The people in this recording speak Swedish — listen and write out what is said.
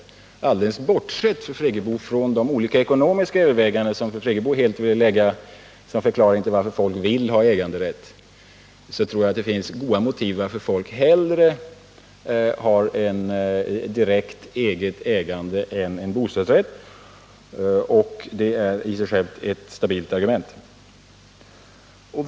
Alldeles bortsett från de ekonomiska överväganden som fru Friggebo kom med som en förklaring till varför folk vill ha äganderätt, tror jag att det finns goda motiv till varför folk föredrar ett direkt eget ägande framför en bostadsrätt. Det är i sig självt ett bra argument.